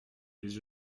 les